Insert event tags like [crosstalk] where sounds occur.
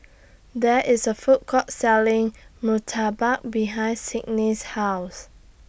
There IS A Food Court Selling [noise] Murtabak behind Sidney's House